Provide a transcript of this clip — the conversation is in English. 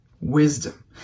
wisdom